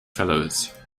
fellows